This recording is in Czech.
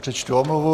Přečtu omluvu.